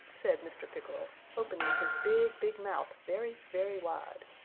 said mr. pickerel, opening his big, big mouth very, very wide.